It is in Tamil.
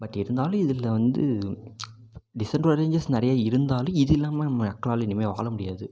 பட் இருந்தாலும் இதில் வந்து டிஸ்அட்வாண்டேஜஸ் நிறைய இருந்தாலும் இது இல்லாமல் நம்ம மக்களால் இனிமேல் வாழ முடியாது